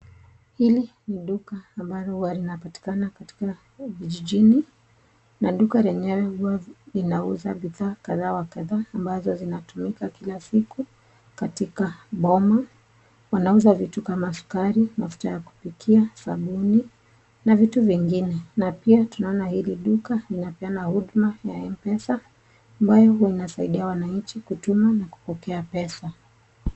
Hili ni duka ambalo huwa linapatikana katika jijini. Na duka lenyewe huwa linauza bidhaa kadha wa kadha ambazo zinatumika kila siku katika boma. Wanauza vitu kama sukari, mafuta ya kupikia, sabuni, na vitu vingine. Na pia tunaona hili duka linapeana huduma ya M-PESA ambayo huwa inasaidia wananchi kutuma na kupokea pesa.